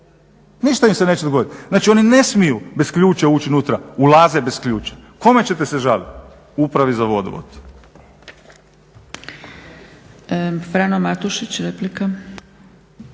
ništa im se neće dogoditi. Znači oni ne smiju bez ključa ući unutra, ulaze bez ključa. Kome ćete se žaliti? Upravi za vodovod.